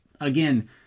Again